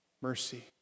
mercy